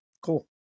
Cool